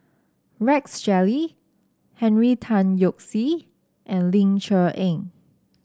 Rex Shelley Henry Tan Yoke See and Ling Cher Eng